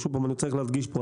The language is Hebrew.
אני שוב פעם צריך להדגיש פה,